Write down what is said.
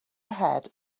ahead